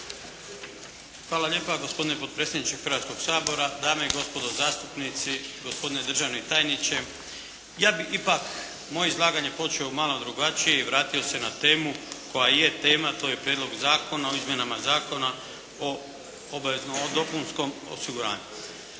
Hvala lijepa gospodine potpredsjedniče Hrvatskoga sabora, dame i gospodo zastupnici, gospodine državni tajniče. Ja bih ipak, moje izlaganje počeo malo drugačije i vratio se na temu, koja je tema, to je Prijedlog zakona, o izmjenama Zakona o obaveznom, dopunskom osiguranju.